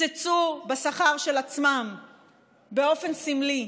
ממשלות קיצצו בשכר של עצמן באופן סמלי,